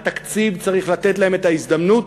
והתקציב צריך לתת את ההזדמנות,